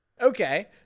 Okay